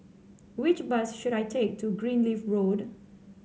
which bus should I take to Greenleaf Road